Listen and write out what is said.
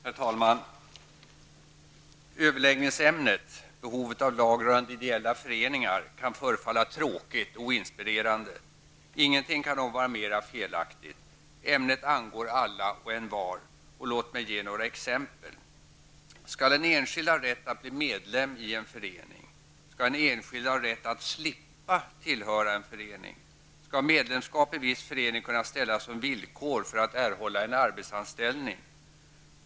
Herr talman! Överläggningsämnet -- behovet av lag rörande ideella föreningar -- kan förefalla tråkigt och oinspirerande. Ingenting kan dock var mer felaktigt. Ämnet angår alla och envar. Låt mig ge några exempel. -- Skall en enskild ha rätt att bli medlem i en förening? -- Skall en enskild ha rätt att slippa tillhöra en förening? -- Skall medlemskap i viss föening kunna ställas som villkor för att erhålla en arbetsanställning?